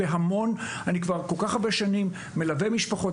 אני כבר כל כך הרבה שנים מלווה משפחות.